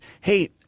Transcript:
Hey